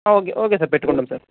okay okay sir పెట్టుకుంటాం sir